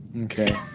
Okay